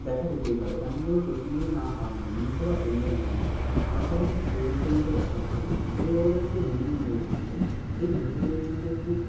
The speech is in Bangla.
দেখা যেতেই পারে এমন কোনো প্রশ্ন না হয় নাই ইউএফও বা এলিয়েন হয় না আমরা সাধারণত সৌরজগতের মধ্যে বসবাস করে থাকি সৌরজগতের মধ্যে বিভিন্ন গ্রহ রয়েছে সেই গ্রহগুলোর মধ্যে একটি